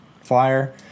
flyer